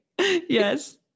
Yes